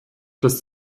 des